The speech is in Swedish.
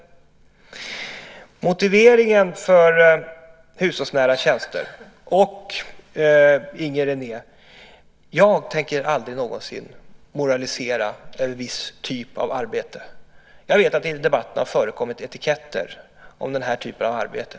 När det gäller motiveringen för hushållsnära tjänster, Inger René, tänker jag aldrig någonsin moralisera över en viss typ av arbete. Jag vet att det i debatten har förekommit etiketter på den här typen av arbete.